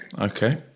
Okay